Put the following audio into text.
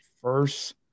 first